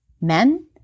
Men